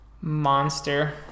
monster